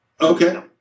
Okay